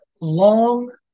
long